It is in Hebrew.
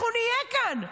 אנחנו נהיה כאן.